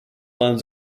lends